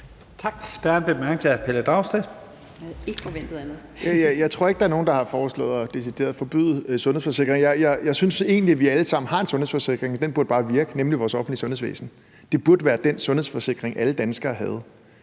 hr. Pelle Dragsted. Kl. 12:53 Pelle Dragsted (EL): Jeg tror ikke, der er nogen, der har foreslået decideret at forbyde sundhedsforsikringer. Jeg synes egentlig, at vi alle sammen har en sundhedsforsikring, og den burde bare virke, nemlig vores offentlige sundhedsvæsen. Det burde være den sundhedsforsikring, alle danskere havde.